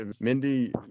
Mindy